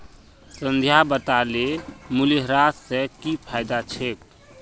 संध्या बताले मूल्यह्रास स की फायदा छेक